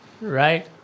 Right